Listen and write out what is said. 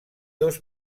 dos